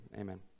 amen